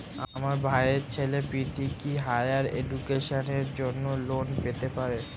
আমার ভাইয়ের ছেলে পৃথ্বী, কি হাইয়ার এডুকেশনের জন্য লোন পেতে পারে?